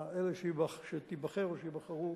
זו שתיבחר או אלה שייבחרו,